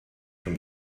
from